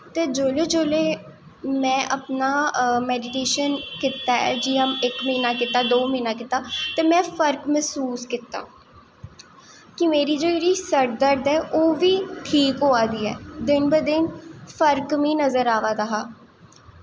ते जोल्लै जोल्लै में अपना मेडिटेशन कीता ऐ जि'यां इक म्हीना कीता दो म्हीना कीता ते में फर्क मसूस कीता कि मेरी जेह्ड़ी सरदर्द ऐ ओह् बी ठीक होआ दी ऐ दिन ब दिन फर्क मिगी नजर आवा दा हा